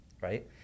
right